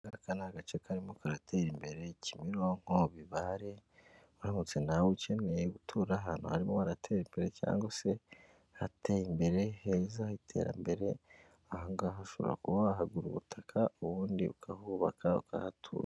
Aka ngaka ni agace karimo karatera imbere Kimironko- Bibare, uramutse nawe ukeneye gutura ahantu harimo haratera imbere cyangwa se hateye imbere, heza h'iterambere, aha ngaha ushobora kuba wahagura ubutaka ubundi ukahubaka, ukahatura.